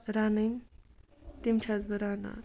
رَںٕنۍ تِم چھَس بہٕ رَنان